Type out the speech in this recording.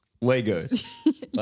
Legos